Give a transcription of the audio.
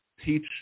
teach